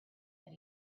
that